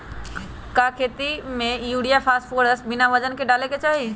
का खेती में यूरिया फास्फोरस बिना वजन के न डाले के चाहि?